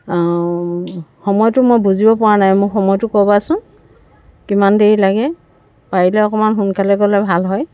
অ' সময়টো মই বুজিব পৰা নাই মোক সময়টো ক'বাচোন কিমান দেৰি লাগে পাৰিলে অকণমান সোনকালে গ'লে ভাল হয়